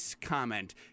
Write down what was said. comment